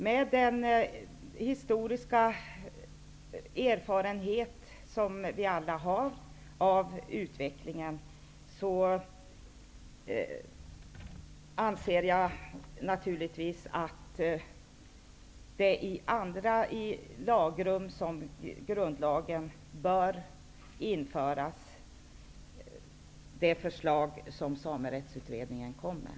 Med hänsyn till den historiska erfarenhet som vi alla har av utvecklingen, anser jag naturligtvis att det bör införas en ändring i grundlagen i enlighet med det förslag som Samerättsutredningen lade fram.